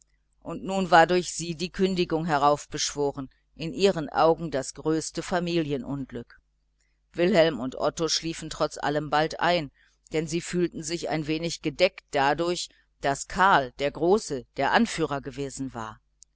und nun war durch sie die kündigung herausbeschworen in ihren augen das größte familienunglück wilhelm und otto schliefen trotz allem bald ein denn sie fühlten sich ein wenig gedeckt dadurch daß karl der große der anführer gewesen war